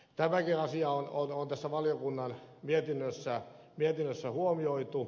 tämäkin asia on tässä valiokunnan mietinnössä huomioitu